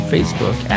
Facebook